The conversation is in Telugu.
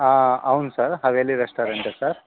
అవును సార్ హవేలీ రెస్టారెంటే సార్